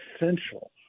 essential